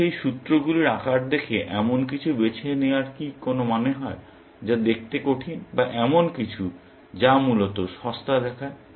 যদি সেই সূত্রগুলোর আকার দেখে এমন কিছু বেছে নেওয়ার কি কোনো মানে হয় যা দেখতে কঠিন বা এমন কিছু যা মূলত সস্তা দেখায়